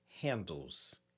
handles